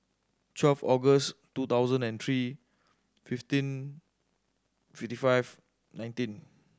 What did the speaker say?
twelve August two thousand and three fifteen fifty five nineteen